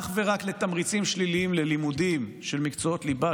אך ורק לתמריצים שליליים ללימודים של מקצועות ליבה,